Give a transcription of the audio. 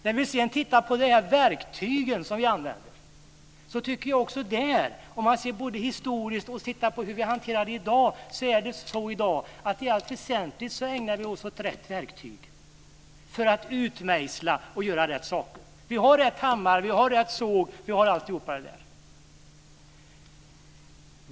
När vi sedan tittar på de verktyg som vi använder tycker jag också, om vi ser både historiskt och hur vi hanterar det i dag, att vi i allt väsentligt använder rätt verktyg för att utmejsla och göra rätt saker. Vi har rätt hammare och rätt såg och allt detta.